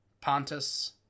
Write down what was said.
Pontus